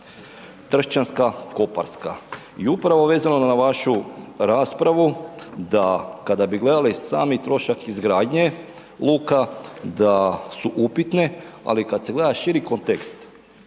trščanka, koparska. I upravo vezano na vašu raspravu da kada bi gledali sami trošak izgradnje luka, da su upitne, ali kad se gleda širi kontekst